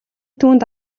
түүнд